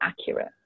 accurate